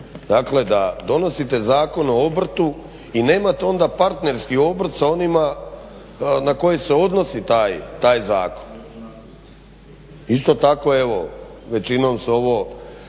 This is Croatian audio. dakle da donosite Zakon o obrtu i nemate onda partnerski obrt sa onima na koje se odnosi taj zakon. Isto tako evo većinom su ovo